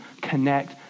connect